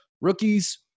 rookies